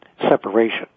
separation